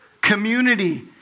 community